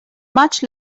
much